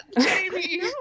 Jamie